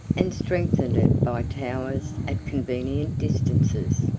and strengthened it by towers at convenient distances.